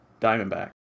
Diamondback